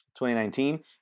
2019